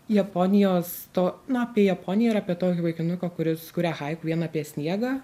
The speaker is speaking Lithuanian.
japonijos to na apie japoniją ir apie tokį vaikinuką kuris kuria haiku vien apie sniegą